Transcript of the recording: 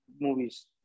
movies